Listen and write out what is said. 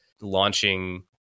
launching